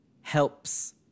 helps